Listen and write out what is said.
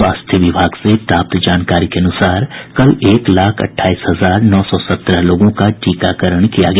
स्वास्थ्य विभाग से प्राप्त जानकारी के अनुसार कल एक लाख अट्ठाईस हजार नौ सौ सत्रह लोगों का टीकाकरण किया गया